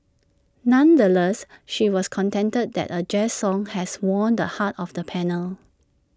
nonetheless she was contented that A jazz song has won the hearts of the panel